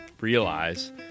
realize